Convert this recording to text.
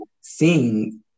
seeing